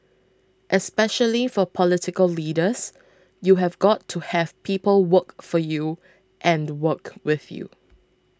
especially for political leaders you have got to have people work for you and work with you